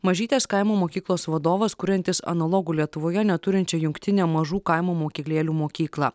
mažytės kaimo mokyklos vadovas kuriantis analogų lietuvoje neturinčią jungtinę mažų kaimo mokyklėlių mokyklą